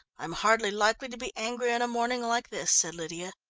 i'm hardly likely to be angry on a morning like this, said lydia.